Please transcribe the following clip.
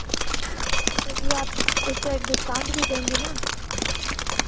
यदि आप उसपर डिस्काउंट भी देगी ना